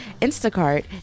Instacart